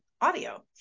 audio